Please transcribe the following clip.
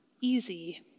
easy